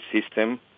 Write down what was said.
system